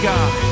God